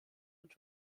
und